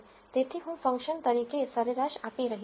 તેથી હું ફંકશન તરીકે સરેરાશ આપી રહી છું